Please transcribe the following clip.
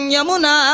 Yamuna